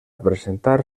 presentar